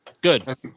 Good